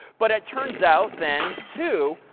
but it turns out then too,